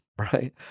right